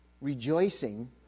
rejoicing